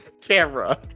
camera